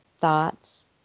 thoughts